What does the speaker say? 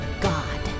God